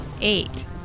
Eight